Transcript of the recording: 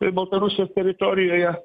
į baltarusijos teritorijoje